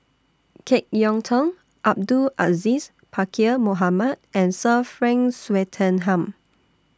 Jek Yeun Thong Abdul Aziz Pakkeer Mohamed and Sir Frank Swettenham